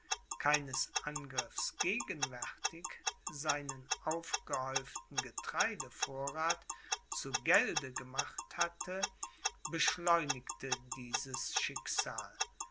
keines angriffs gewärtig seinen aufgehäuften getreidevorrath zu gelde gemacht hatte beschleunigte dieses schicksal